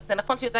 זה נכון שי"ז